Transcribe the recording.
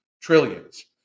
Trillions